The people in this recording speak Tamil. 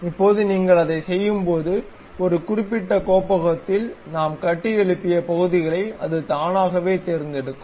இப்போது நீங்கள் அதைச் செய்யும்போது ஒரு குறிப்பிட்ட கோப்பகத்தில் நாம் கட்டியெழுப்பிய பகுதிகளை அது தானாகவே தேர்ந்தெடுக்கும்